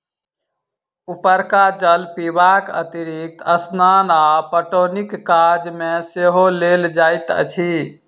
उपरका जल पीबाक अतिरिक्त स्नान आ पटौनीक काज मे सेहो लेल जाइत अछि